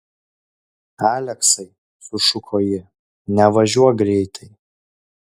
aleksai sušuko ji nevažiuok greitai